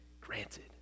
granted